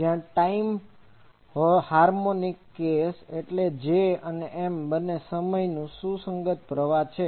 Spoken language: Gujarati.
જ્યાં ટાઇમ time સમય હાર્મોનિક Harmonic સુમેળ વાળું કેસ એટલે કે J અને M બંને સમયને સુસંગત પ્રવાહ છે